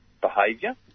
behaviour